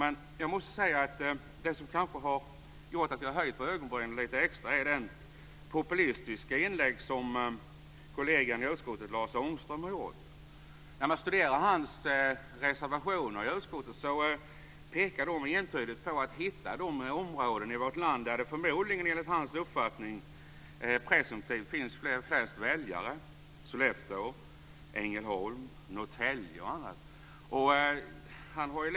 Men jag måste säga att det som kanske har gjort att jag höjt på ögonbrynen lite extra är det populistiska inlägg som kollegan i utskottet, Lars Ångström, har gjort. När man studerar hans reservationer i utskottet pekar de entydigt på att hitta de områden i vårt land där det förmodligen, enligt hans uppfattning, presumtivt finns flest väljare: Sollefteå, Ängelholm, Norrtälje och andra städer.